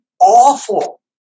awful